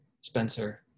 Spencer